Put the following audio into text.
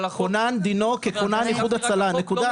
כונן דינו ככונן איחוד הצלה, נקודה.